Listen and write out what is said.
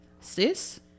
Sis